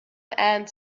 and